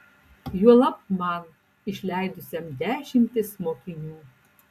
juolab man išleidusiam dešimtis mokinių